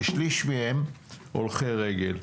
כשליש מהם הולכי רגל.